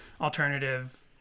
alternative